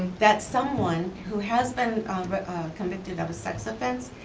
that someone who has been convicted of a sex offense,